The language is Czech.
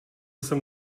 jsem